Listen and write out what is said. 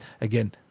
again